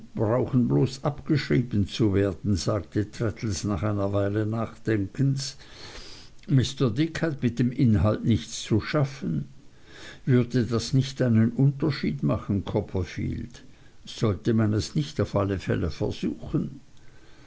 brauchen bloß abgeschrieben zu werden sagte traddles nach einer weile nachdenkens mr dick hat mit dem inhalt nichts zu schaffen würde das nicht einen unterschied machen copperfield sollte man es nicht auf alle fälle versuchen